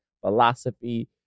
philosophy